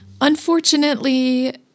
Unfortunately